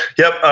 yup,